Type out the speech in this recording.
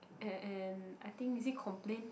and and I think is it complain